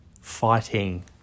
Fighting